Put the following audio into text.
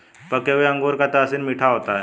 पके हुए अंगूर का तासीर मीठा होता है